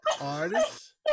artist